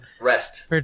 Rest